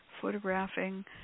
photographing